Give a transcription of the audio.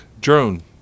drone